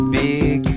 big